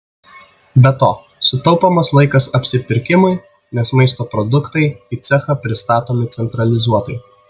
be to sutaupomas laikas apsipirkimui nes maisto produktai į cechą pristatomi centralizuotai